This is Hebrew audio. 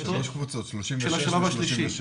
לא, שלוש קבוצות, 36 ו-36.